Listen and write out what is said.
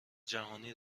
جهانی